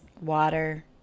Water